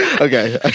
Okay